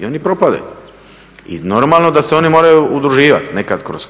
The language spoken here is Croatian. i oni propadaju. I normalno da se oni moraju udruživati, nekad kroz …,